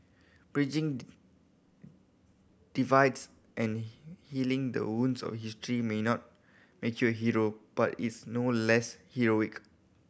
bridging divides and healing the wounds of history may not make you Hero but it's no less heroic